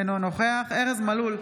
אינו נוכח ארז מלול,